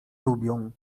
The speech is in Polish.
lubią